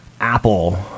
Apple